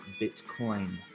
Bitcoin